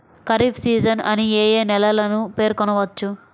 Kharif season అని ఏ ఏ నెలలను పేర్కొనవచ్చు?